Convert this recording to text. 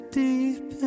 deep